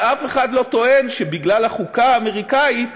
ואף אחד לא טוען שבגלל החוקה האמריקנית